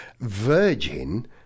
Virgin